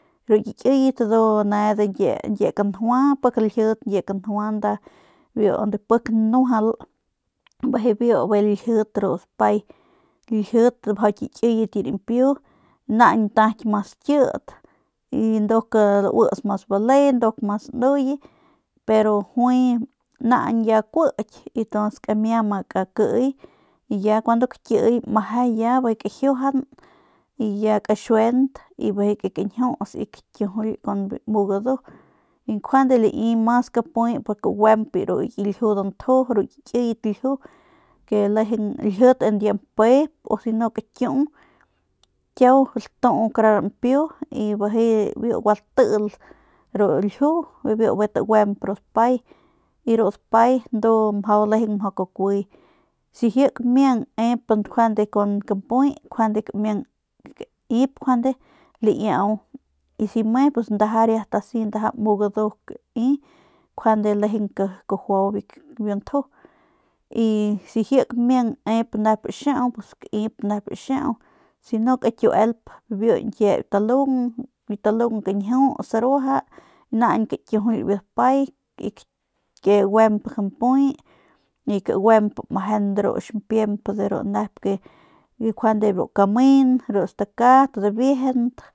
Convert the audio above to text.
Ru ki kikiyet ndu ne de ñkie kanjua bjiy laljit de biu ñkie kanjua biu pik nda nuajal bijiy biu laljit laljit mjau ki kiyet ki rampiu naañ ntaky mas kit nduk auits mas bale nduk mas sanuye pero juay ya naañ ya kuiky y ntuns kamia ma kakiy y ya cuando kakiy meje ya y bijiy kajiuajan y bijiy kaxuent y bijiy kañjius kakiujuly kun biu mu gadu y njuande lai mas kampuy pa kaguemp ru ki ljiu danju ru ki kiyet ljiu laljit en biu ñkie mpe u si me kakiu kiau latu kara rampiu y bijiy bijiy lagua ltiil ru ljiu y biu bijiy taguemp ru dapay y ru dapay ndu lejeng mjau kakuiy si ji kamiang nep njuande kun kampuy kamiang kaip njuande laiau u si me asi ndaja kun mu gadu kai njuande lejeng kajuau biu nju y si ji kamiamg nep nep xiaung kaip ne xiaung si kakiuelp biu ñkie talung biu talung kañjiuts ruaja naañ kakiujuly biu dapay kaguemp kampuy y kaguemp meje ru ximpiemp de ru nep njuande ru kamen ru stakat dibiejent.